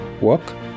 Work